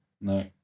no